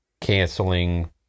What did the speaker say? canceling